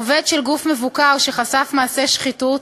עובד של גוף מבוקר שחשף מעשי שחיתות,